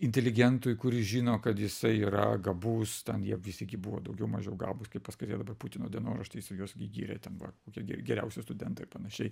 inteligentui kuris žino kad jisai yra gabus ten jie visi gi buvo daugiau mažiau gabūs kai paskaitai dabar putino dienoraštį jisai juos gi gyrė ten va kokie geriausi studentai ir panašiai